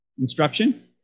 Instruction